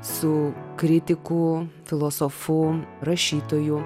su kritiku filosofu rašytoju